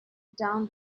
down